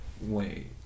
Wait